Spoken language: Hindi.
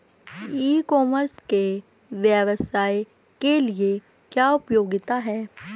ई कॉमर्स के व्यवसाय के लिए क्या उपयोगिता है?